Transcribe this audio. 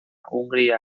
hungría